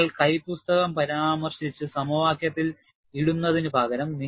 നിങ്ങൾ കൈപുസ്തകം പരാമർശിച്ച് സമവാക്യത്തിൽ ഇടുന്നതിനുപകരം